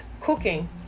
cooking